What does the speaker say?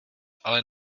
ale